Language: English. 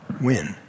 win